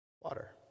Water